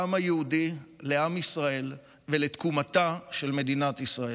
לעם היהודי, לעם ישראל ולתקומתה של מדינת ישראל.